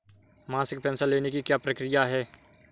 मासिक पेंशन लेने की क्या प्रक्रिया है?